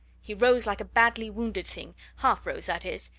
he rose like a badly wounded thing half rose, that is,